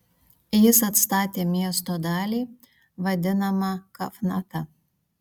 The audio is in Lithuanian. jis atstatė miesto dalį vadinamą kafnata